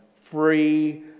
free